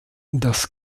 das